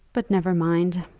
but never mind.